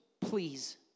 please